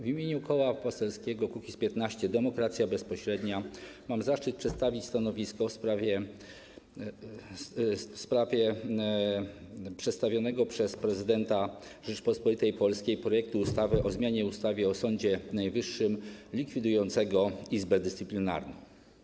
W imieniu Koła Poselskiego Kukiz’15 - Demokracja Bezpośrednia mam zaszczyt przedstawić stanowisko w sprawie przedstawionego przez prezydenta Rzeczypospolitej Polskiej projektu ustawy o zmianie ustawy o Sądzie Najwyższym likwidującego Izbę Dyscyplinarną.